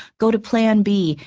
go to plan b,